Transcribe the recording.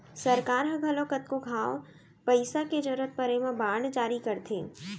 सरकार ह घलौ कतको घांव पइसा के जरूरत परे म बांड जारी करथे